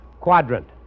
quadrant